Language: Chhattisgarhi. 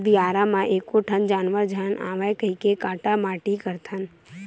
बियारा म एको ठन जानवर झन आवय कहिके काटा माटी करथन